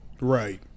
Right